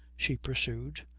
she pursued.